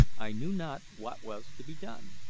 i knew not what was to be done.